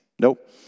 Nope